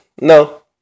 No